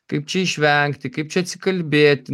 kaip čia išvengti kaip čia atsikalbėti